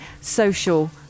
social